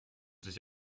sich